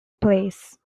place